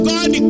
God